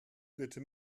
bitte